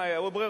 היו ברירות.